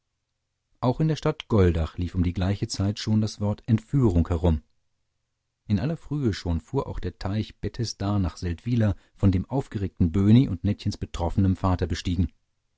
auch in der stadt goldach lief um die gleiche zeit schon das wort entführung herum in aller frühe schon fuhr auch der teich bethesda nach seldwyla von dem aufgeregten böhni und nettchens betroffenem vater bestiegen